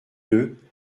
deux